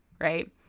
right